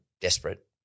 desperate